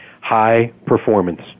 High-performance